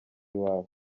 iwabo